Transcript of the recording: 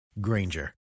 Granger